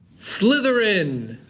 slytherin.